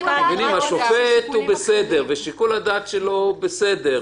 השופט הוא בסדר, שיקול הדעת שלו הוא בסדר?